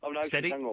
Steady